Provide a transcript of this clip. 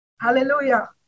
Hallelujah